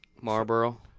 Marlboro